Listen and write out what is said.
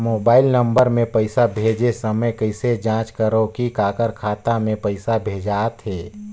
Mobile number मे पइसा भेजे समय कइसे जांच करव की काकर खाता मे पइसा भेजात हे?